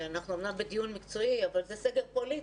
ואנחנו אומנם בדיון מקצועי, אבל זה סגר פוליטי.